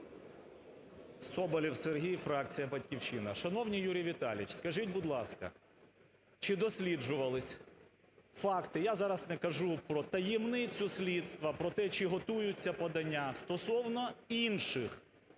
Соболєв Сергій, фракція "Батьківщина". Шановний Юрій Віталійович, скажіть, будь ласка, чи досліджувались факти, я зараз не кажу про таємницю слідства, про те, чи готуються подання стосовно інших